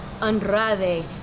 Andrade